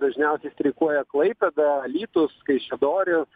dažniausiai streikuoja klaipėda alytus kaišiadorys